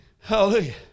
Hallelujah